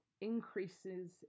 increases